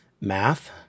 math